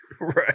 Right